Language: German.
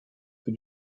für